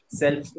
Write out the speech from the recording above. self